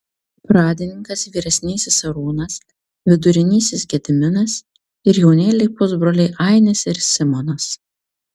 pradininkas vyresnysis arūnas vidurinysis gediminas ir jaunėliai pusbroliai ainis ir simonas